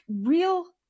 real